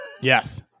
Yes